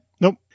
Nope